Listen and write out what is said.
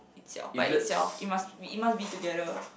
itself by itself it must be it must be together